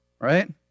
right